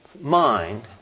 mind